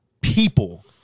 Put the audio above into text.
people